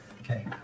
Okay